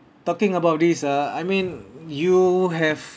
talking about this ah I mean you have